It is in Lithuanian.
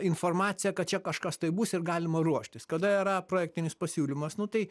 informacija kad čia kažkas tai bus ir galima ruoštis kada yra projektinis pasiūlymas nu tai